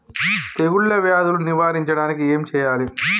తెగుళ్ళ వ్యాధులు నివారించడానికి ఏం చేయాలి?